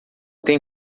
tem